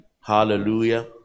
Hallelujah